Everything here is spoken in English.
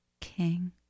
King